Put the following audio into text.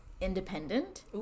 independent